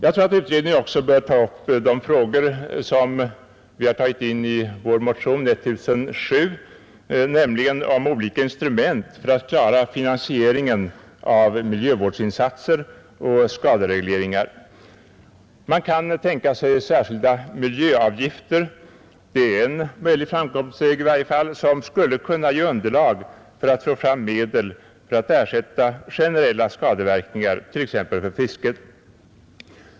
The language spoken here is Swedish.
Utredningen bör också pröva de frågor som vi har tagit upp i motionen 1007, nämligen om olika instrument för att klara finansieringen av miljövårdsinsatser och skaderegleringar. Man kan tänka sig särskilda miljöavgifter — det är i varje fall en möjlig framkomstväg som skulle kunna ge underlag för att få fram medel för att ersätta generella skadeverkningar, t.ex. för fisket.